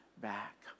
back